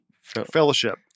Fellowship